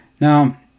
Now